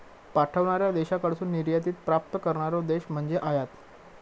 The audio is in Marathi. पाठवणार्या देशाकडसून निर्यातीत प्राप्त करणारो देश म्हणजे आयात